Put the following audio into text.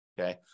Okay